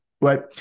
right